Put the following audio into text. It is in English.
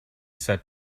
said